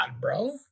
bro